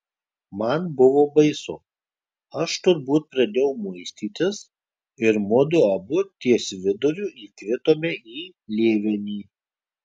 man buvo baisu aš turbūt pradėjau muistytis ir mudu abu ties viduriu įkritome į lėvenį